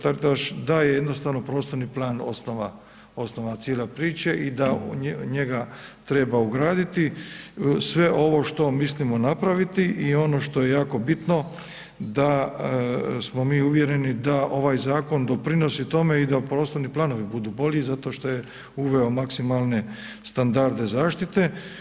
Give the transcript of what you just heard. Taritaš, da je jednostavno prostorni plan osnova cijele priče i da njega treba ugraditi sve ovo što mislimo napraviti i ono što je jako bitno, da smo mi uvjereni da ovaj zakon doprinosi tome i da prostorni planovi budu bolji zato što je uveo maksimalne standarde zaštite.